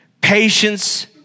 Patience